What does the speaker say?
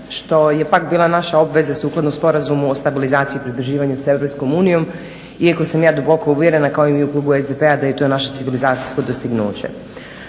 što je pak bila naša obveza sukladno sporazumu o stabilizaciji i pridruživanju s EU iako sam ja duboko uvjerena kao i mi klubu SDP-a da je to naša civilizacijsko dostignuće.